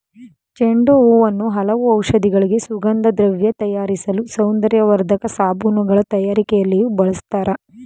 ಚೆಂಡು ಹೂವನ್ನು ಹಲವು ಔಷಧಿಗಳಿಗೆ, ಸುಗಂಧದ್ರವ್ಯ ತಯಾರಿಸಲು, ಸೌಂದರ್ಯವರ್ಧಕ ಸಾಬೂನುಗಳ ತಯಾರಿಕೆಯಲ್ಲಿಯೂ ಬಳ್ಸತ್ತರೆ